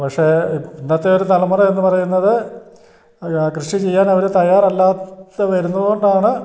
പക്ഷേ ഇന്നത്തെ ഒരു തലമുറ എന്നു പറയുന്നത് കൃഷി ചെയ്യാനവർ തയ്യാറല്ലാതെ വരുന്നതുകൊണ്ടാണ്